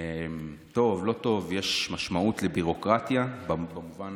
טוב, לא טוב, יש משמעות לביורוקרטיה במובן